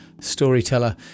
storyteller